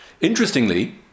Interestingly